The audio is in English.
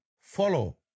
follow